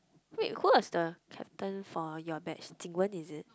wait who was the captain for your batch Jing-Wen is it